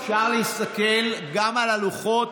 אפשר להסתכל גם על הלוחות.